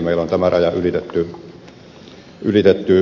meillä on tämä raja ylitetty selkeästi